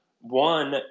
one